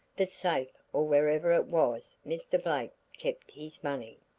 the safe or wherever it was mr. blake kept his money.